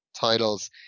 titles